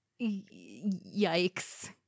yikes